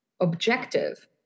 objective